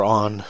on